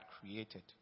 created